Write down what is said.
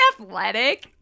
athletic